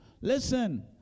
Listen